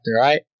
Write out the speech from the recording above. right